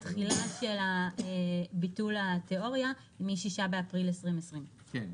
התחילה של ביטול התיאוריה היא מ-6 באפריל 2020. כן,